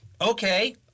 okay